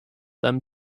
them